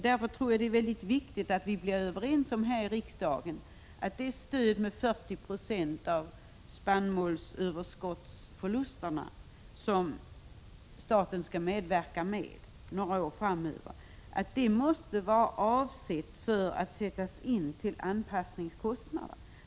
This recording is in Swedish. Därför tror jag att det är mycket viktigt att vi här i riksdagen blir överens om att det stöd med 40 96 av spannmålsöverskottsförlusterna som staten skall medverka med under några år måste vara avsedd att sättas in till anpassningskostnader.